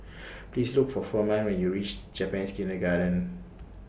Please Look For Firman when YOU REACH Japanese Kindergarten